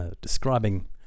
describing